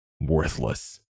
Worthless